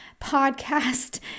podcast